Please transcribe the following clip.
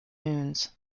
moons